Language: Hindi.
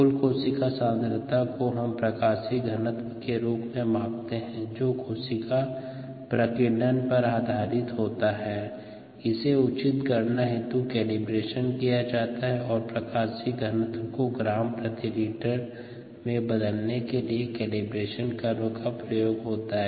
कुल कोशिका सांद्रता को हम प्रकाशीय घनत्व के रूप में मापते हैं जो कोशिका प्रकीर्णन पर आधारित होता है इसे उचित गणना हेतु कैलिब्रेशन किया जाता है और प्रकाशीय घनत्व को ग्राम प्रति लीटर में बदलने के लिए कैलिब्रेशन कर्व का उपयोग किया है